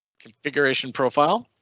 configuration profile.